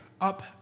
up